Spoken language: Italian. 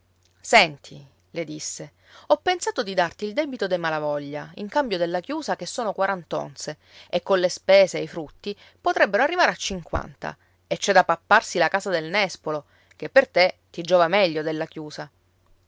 senti le disse ho pensato di darti il debito dei malavoglia in cambio della chiusa che sono quarant'onze e colle spese e i frutti potrebbero arrivare a cinquanta e c'è da papparsi la casa del nespolo che per te ti giova meglio della chiusa